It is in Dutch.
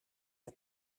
heb